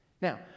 Now